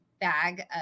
bag